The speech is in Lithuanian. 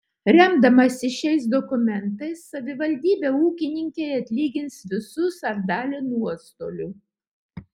remdamasi šiais dokumentais savivaldybė ūkininkei atlygins visus ar dalį nuostolių